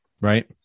right